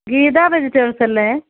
Geetha vegetables അല്ലേ